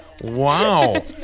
Wow